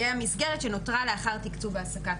תהיה המסגרת שנותרה לאחר תקצוב העסקת